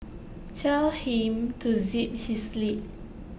tell him to zip his lip